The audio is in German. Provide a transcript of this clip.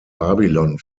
babylon